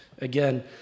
again